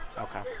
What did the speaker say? Okay